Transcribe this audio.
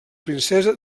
princesa